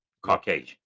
Caucasian